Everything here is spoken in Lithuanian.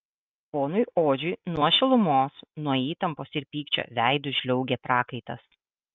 ponui odžiui nuo šilumos nuo įtampos ir pykčio veidu žliaugė prakaitas